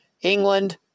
England